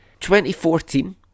2014